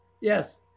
yes